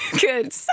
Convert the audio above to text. good